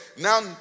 Now